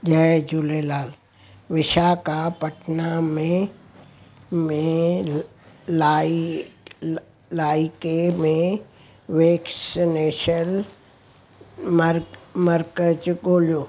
जय झूलेलाल विशाखापटनम में में लाई ल लाइके में वैक्सनेशन मर्क मर्कज़ ॻोल्हियो